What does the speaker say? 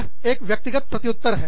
यह एक व्यक्तिगत प्रत्युत्तर है